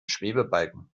schwebebalken